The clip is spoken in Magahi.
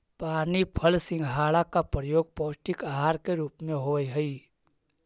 पानी फल सिंघाड़ा का प्रयोग पौष्टिक आहार के रूप में होवअ हई